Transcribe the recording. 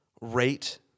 rate